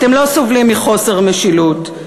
אתם לא סובלים מחוסר משילות,